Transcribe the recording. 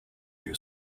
you